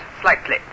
slightly